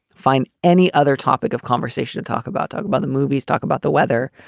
fine. any other topic of conversation? and talk about talk about the movies. talk about the weather.